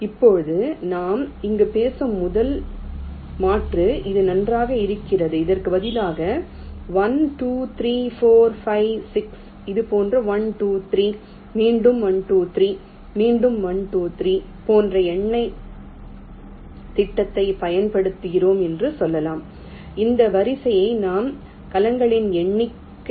இப்போது நாம் இங்கு பேசும் முதல் மாற்று அது நன்றாக இருக்கிறது அதற்கு பதிலாக 1 2 3 4 5 6 இதுபோன்ற 1 2 3 மீண்டும் 1 2 3 மீண்டும் 1 2 3 போன்ற எண்ணைத் திட்டத்தைப் பயன்படுத்துகிறோம் என்று சொல்லலாம் இந்த வரிசையை நாம் கலங்களின் எண்ணிக்கையில் செல்கிறோம்